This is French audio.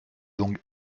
donc